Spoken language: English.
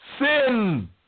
sin